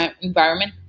environment